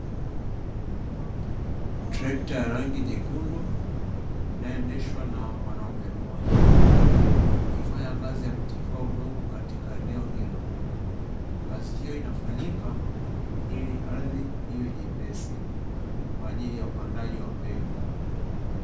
Trekta la rangi nyekundu ikiwa linaendeshwa na wanaume mmoja wakitufua udongo katika sehemu hiyo ili ardhi iwe nyepesi katika upandaji wa mbegu.